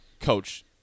coach